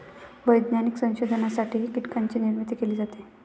वैज्ञानिक संशोधनासाठीही कीटकांची निर्मिती केली जाते